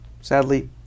sadly